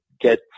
get